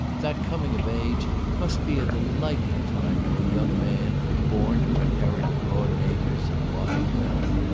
that coming of age must be a delightful time to a young man born to inherit broad acres and wide wealth.